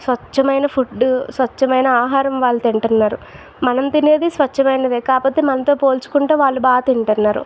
స్వచ్చమైన ఫుడ్ స్వచ్చమైన ఆహారం వాళ్ళు తింటున్నారు మనం తినేది స్వచ్చమైన కాకపోతే మనతో పోల్చుకుంటే వాళ్ళు బాగా తింటున్నారు